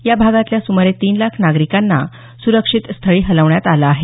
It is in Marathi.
या भागातल्या सुमारे तीन लाख नागरिकांना सुरक्षित स्थळी हलवण्यात आलं आहे